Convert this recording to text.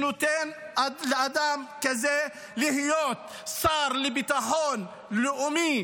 שנותן לאדם כזה להיות שר לביטחון לאומי,